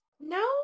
No